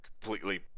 completely